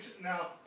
Now